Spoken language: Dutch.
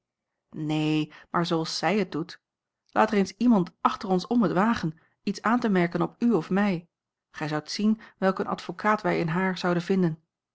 neen maar zooals zij het doet laat er eens iemand achter ons om het wagen iets aan te merken op u of mij gij zoudt zien welk een advocaat wij in haar zouden vinden